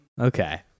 Okay